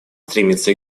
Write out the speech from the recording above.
стремится